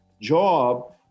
job